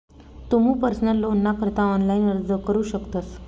तुमू पर्सनल लोनना करता ऑनलाइन अर्ज करू शकतस